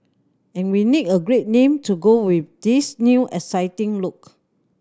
and we need a great name to go with this new exciting look